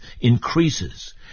increases